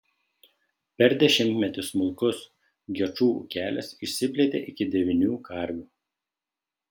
per dešimtmetį smulkus gečų ūkelis išsiplėtė iki devynių karvių